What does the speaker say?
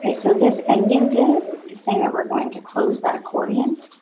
ah so this ending div is saying that we're going to close that accordion.